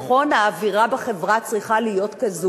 נכון, האווירה בחברה צריכה להיות כזאת